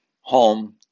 home